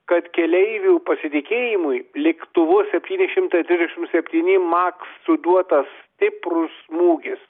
kad keleivių pasitikėjimui lėktuvu septyni šimtai trisdešim septyni maks suduotas stiprus smūgis